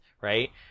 right